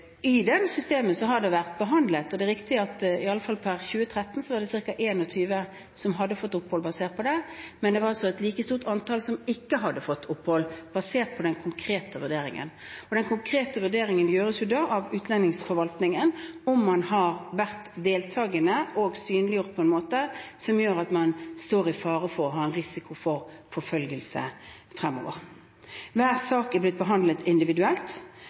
som hadde fått opphold basert på det, men det var et like stort antall som ikke hadde fått opphold basert på den konkrete vurderingen. Den konkrete vurderingen av om man har vært deltagende og synliggjort på en måte som gjør at man står i fare for å ha en risiko for forfølgelse fremover, gjøres av utlendingsforvaltningen. Hver sak er blitt behandlet individuelt,